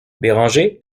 béranger